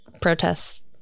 protests